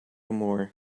more